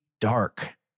dark